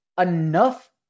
enough